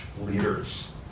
leaders